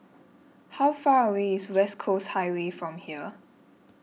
how far away is West Coast Highway from here